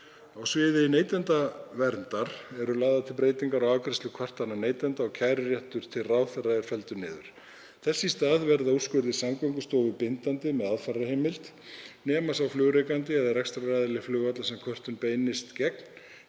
Á sviði neytendaverndar eru lagðar til breytingar á afgreiðslu kvartana neytenda og kæruréttur til ráðherra er felldur niður. Þess í stað verða úrskurðir Samgöngustofu bindandi með aðfararheimild nema sá flugrekandi eða rekstraraðili flugvallar sem kvörtun beinist gegn